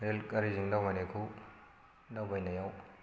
रेलगारिजों दावबायनायखौ दावबायनायाव